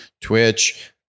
twitch